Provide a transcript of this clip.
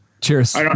Cheers